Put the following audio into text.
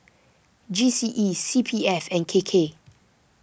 G C E C P F and K K